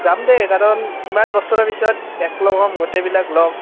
যাম দেই কাৰণ ইমান বছৰ পিছত একলগ হ'ম গোটেইবিলাক লগ